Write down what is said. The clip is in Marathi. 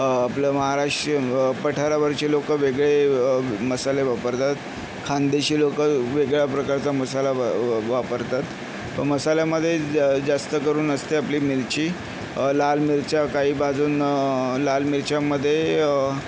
आपलं महाराष्ट्रीयन पठारावरचे लोकं वेगळे मसाले वापरतात खानदेशी लोकं वेगळ्या प्रकारचा मसाला वं वापरतात मसाल्यामध्ये जा जास्तकरून असते आपली मिरची लाल मिरच्या काही भाजून लाल मिरच्यांमध्ये